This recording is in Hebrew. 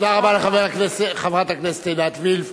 תודה רבה לחברת הכנסת עינת וילף.